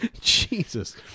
Jesus